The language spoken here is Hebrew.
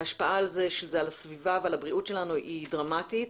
ההשפעה על זה - על הסביבה ועל הבריאות שלנו - היא דרמטית.